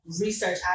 research